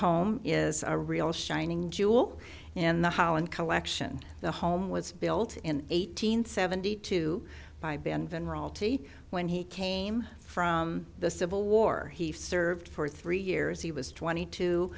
home is on a real shining jewel in the holland collection the home was built in eighteen seventy two by ben van roll t when he came from the civil war he served for three years he was twenty two